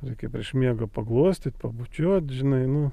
reikia prieš miegą paglostyt pabučiuot žinai nu